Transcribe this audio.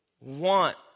want